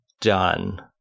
done